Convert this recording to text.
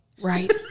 Right